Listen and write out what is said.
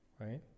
right